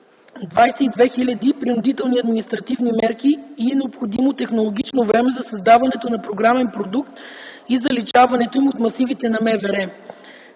22 хиляди принудителни административни мерки и е необходимо технологично време за създаването на програмен продукт и заличаването им от масивите на МВР.